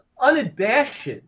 unabashed